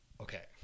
okay